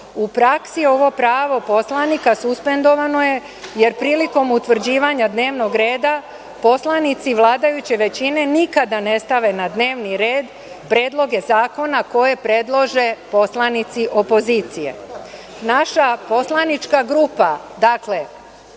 praksi ovo pravo poslanika suspendovano je jer prilikom utvrđivanja dnevnog reda poslanici vladajuće većine nikada ne stave na dnevni red predloge zakona koje predlože poslanici opozicije. Naša